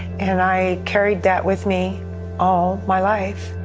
and i carried that with me all my life.